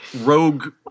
rogue—